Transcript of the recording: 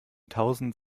tausend